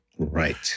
Right